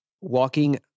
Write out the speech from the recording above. walking